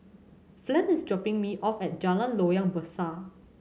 Flem is dropping me off at Jalan Loyang Besar